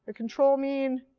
ah control mean,